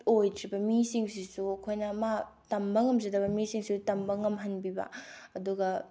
ꯑꯣꯏꯗ꯭ꯔꯤꯕ ꯃꯤꯁꯤꯡꯁꯤꯁꯨ ꯑꯩꯈꯣꯏꯅ ꯃꯥ ꯇꯝꯕ ꯉꯝꯖꯗꯕ ꯃꯤꯁꯤꯡꯁꯨ ꯇꯝꯕ ꯉꯝꯍꯟꯕꯤꯕ ꯑꯗꯨꯒ